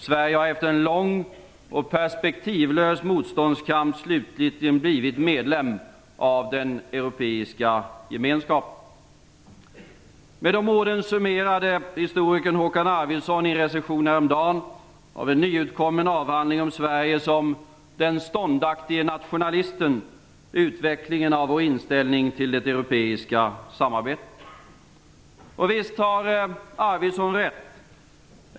Sverige har efter en lång och perspektivlös motståndskamp slutgiltigen blivit medlem av den europeiska gemenskapen. Med dessa ord summerade historikern Håkan Arvidsson, i en recension häromdagen av en nyutkommen avhandling om Sverige som den ståndaktige nationalisten, utvecklingen av vår inställning till det europeiska samarbetet. Visst har Arvidsson rätt.